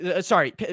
sorry